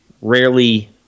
Rarely